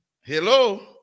Hello